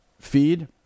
feed